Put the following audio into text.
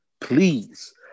please